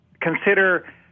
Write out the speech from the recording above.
consider